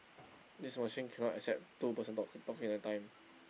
this machine cannot accept two person talk talking at a time